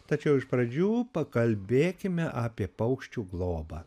tačiau iš pradžių pakalbėkime apie paukščių globą